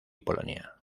polonia